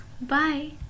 Bye